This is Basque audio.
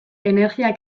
energia